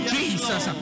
Jesus